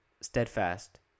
steadfast